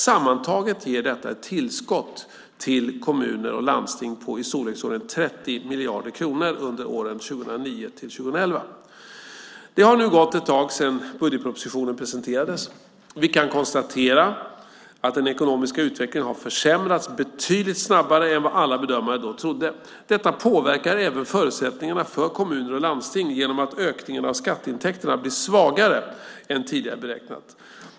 Sammantaget ger detta ett tillskott till kommuner och landsting på i storleksordningen 30 miljarder kronor under åren 2009-2011. Det har nu gått ett tag sedan budgetpropositionen presenterades. Vi kan konstatera att den ekonomiska utvecklingen har försämrats betydligt snabbare än vad alla bedömare då trodde. Detta påverkar även förutsättningarna för kommuner och landsting genom att ökningen av skatteintäkterna blir svagare än tidigare beräknat.